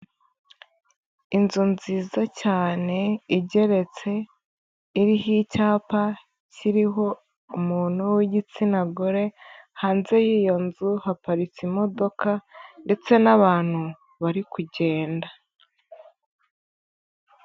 Inzu nziza cyane igeretse iriho icyapa kiriho umuntu w'igitsina gore, hanze y'iyo nzu haparitse imodoka ndetse n'abantu bari kugenda.